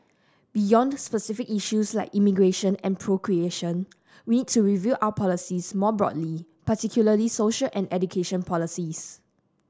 beyond specific issues like immigration and procreation we need to review our policies more broadly particularly social and education policies